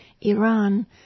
Iran